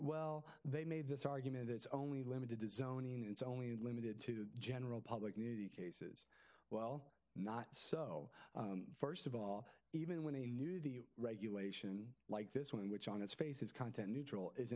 well they made this argument it's only limited to zoning it's only limited to the general public nudity cases well not so first of all even when he knew the regulation like this one which on its face is content neutral is